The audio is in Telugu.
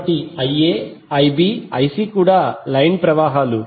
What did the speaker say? కాబట్టి ఈ Ia Ib Ic కూడా లైన్ ప్రవాహాలు